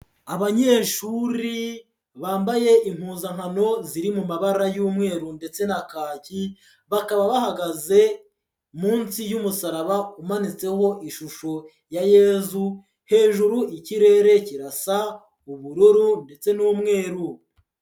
Abanyeshuri bambaye impuzankano ziri mu mabara y'umweru ndetse na kaki, bakaba bahagaze munsi y'umusaraba umanitseho ishusho ya Yezu, hejuru ikirere kirasa ubururu ndetse n'umweru.